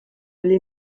les